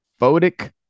photic